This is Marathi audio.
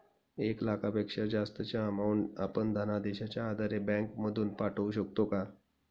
एक लाखापेक्षा जास्तची अमाउंट आपण धनादेशच्या आधारे बँक मधून पाठवू शकतो का?